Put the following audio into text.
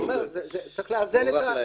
אני אומר שצריך לאזן.